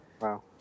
Wow